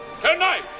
Tonight